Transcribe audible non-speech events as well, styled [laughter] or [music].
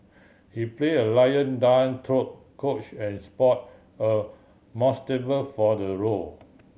he play a lion dance troupe coach and sport a [unintelligible] for the role